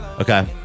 Okay